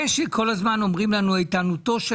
זה שכל הזמן אומרים לנו איתנותו של